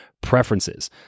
preferences